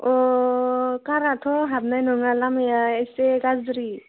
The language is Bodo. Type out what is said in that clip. अ काराथ' हाबनाय नङा लामाया इसे गाज्रि